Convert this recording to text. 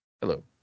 Hello